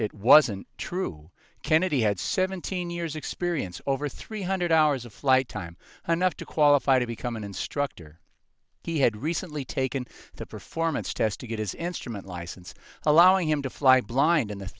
it wasn't true kennedy had seventeen years experience over three hundred hours of flight time enough to qualify to become an instructor he had recently taken the performance test to get his instrument license allowing him to fly blind in the